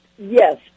Yes